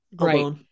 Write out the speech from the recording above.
right